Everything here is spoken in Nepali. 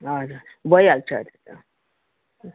हजुर भइहाल्छ त्यो त